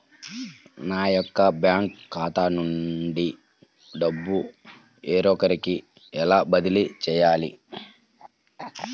నా యొక్క బ్యాంకు ఖాతా నుండి డబ్బు వేరొకరికి ఎలా బదిలీ చేయాలి?